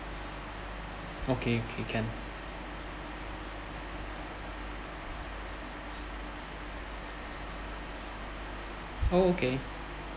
okay okay can oh okay